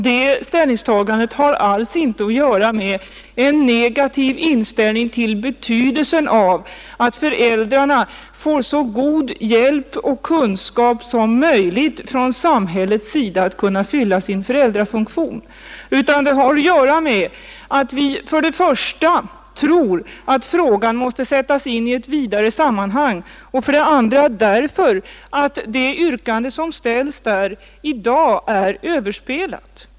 Det ställningstagandet har alls inte att göra med en negativ inställning till betydelsen av att föräldrarna genom samhällets försorg får så god hjälp och kunskap som möjligt för att kunna fylla sin föräldrafunktion, utan det har att göra med för det första att vi tror att frågan måste sättas in i ett vidare sammanhang, för det andra att motionens yrkande i dag är överspelat.